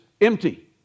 empty